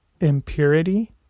impurity